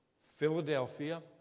Philadelphia